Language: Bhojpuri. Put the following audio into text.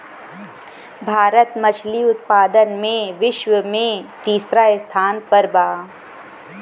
भारत मछली उतपादन में विश्व में तिसरा स्थान पर बा